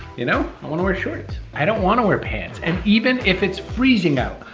you know, i wanna wear shorts. i don't wanna wear pants. and even if it's freezing out,